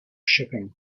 shipping